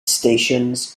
stations